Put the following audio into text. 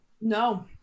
No